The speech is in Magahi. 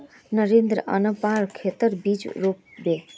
नरेंद्रक अपनार खेतत बीज रोप बे